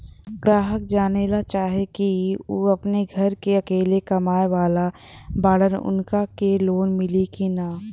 ग्राहक जानेला चाहे ले की ऊ अपने घरे के अकेले कमाये वाला बड़न उनका के लोन मिली कि न?